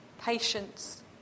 patience